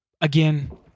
Again